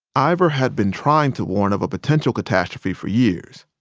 ivor had been trying to warn of a potential catastrophe for years.